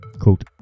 Quote